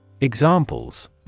Examples